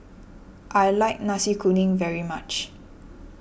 I like Nasi Kuning very much